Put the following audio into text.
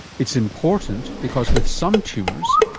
it's important because with some tumours,